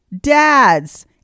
dads